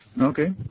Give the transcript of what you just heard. Okay